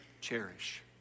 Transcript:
cherish